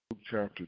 chapter